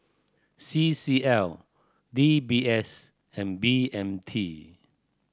C C L D B S and B M T